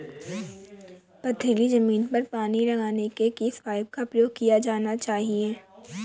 पथरीली ज़मीन पर पानी लगाने के किस पाइप का प्रयोग किया जाना चाहिए?